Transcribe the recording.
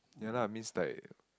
ya lah means like